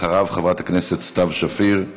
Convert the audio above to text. אחריו, חברת הכנסת סתיו שפיר,